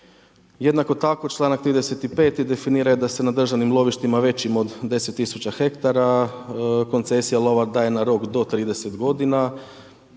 Jednako tako čl. 35. definira da se na državnim lovištima većim od 10 tisuća hektara koncesija lova daje na rok do 30 godina.